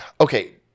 Okay